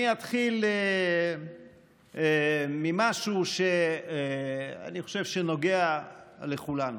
אני אתחיל במשהו שאני חושב שנוגע לכולנו: